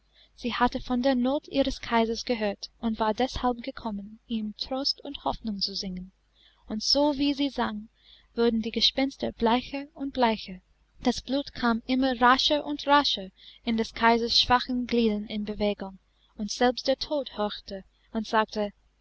sie hatte von der not ihres kaisers gehört und war deshalb gekommen ihm trost und hoffnung zu singen und sowie sie sang wurden die gespenster bleicher und bleicher das blut kam immer rascher und rascher in des kaisers schwachen gliedern in bewegung und selbst der tod horchte und sagte